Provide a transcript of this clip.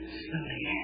slowly